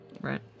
right